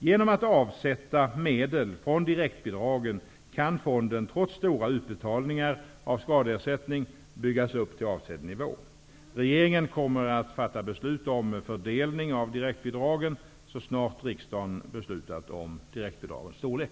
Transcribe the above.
Genom att avsätta medel från direktbidragen kan fonden trots stora utbetalningar av skadeersättning byggas upp till avsedd nivå. Regeringen kommer att fatta beslut om fördelning av direktbidragen så snart riksdagen beslutat om direktbidragens storlek.